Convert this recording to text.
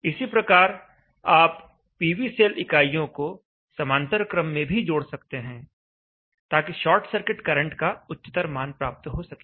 इसी प्रकार आप पीवी सेल इकाइयों को समांतर क्रम में भी जोड़ सकते हैं ताकि शॉर्ट सर्किट करंट का उच्चतर मान प्राप्त हो सके